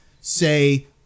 say